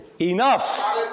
enough